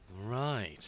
Right